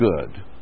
good